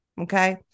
okay